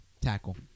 Tackle